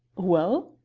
well,